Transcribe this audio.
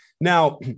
Now